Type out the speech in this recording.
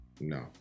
No